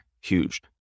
huge